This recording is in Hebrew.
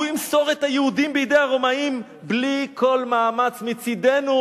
הוא ימסור את היהודים בידי הרומאים בלי כל מאמץ מצדנו,